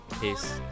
peace